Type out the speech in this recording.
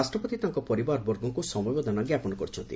ରାଷ୍ଟ୍ରପତି ତାଙ୍କ ପରିବାରବର୍ଗଙ୍କୁ ସମବେଦନା ଜ୍ଞାପନ କରିଛନ୍ତି